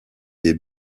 des